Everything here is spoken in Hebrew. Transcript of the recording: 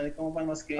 ואני כמובן מסכים.